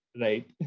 right